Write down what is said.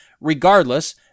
Regardless